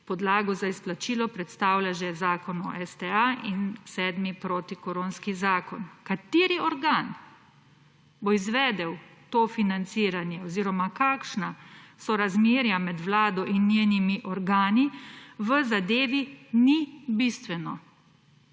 podlago za izplačilo predstavlja že Zakon o STA in 7. protikoronski zakon. Kateri organ bo izvedel to financiranje oziroma kakšna so razmerja med vlado in njenimi organi, v zadevi ni bistveno,